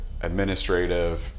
administrative